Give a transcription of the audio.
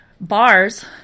bars